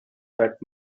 that